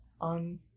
on